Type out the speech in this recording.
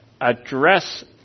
address